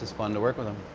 fun to work with him.